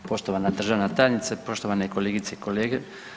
Poštovana državna tajnice, poštovane kolegice i kolege.